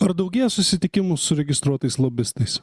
ar daugėja susitikimų su registruotais lobistais